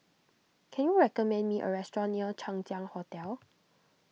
can you recommend me a restaurant near Chang Ziang Hotel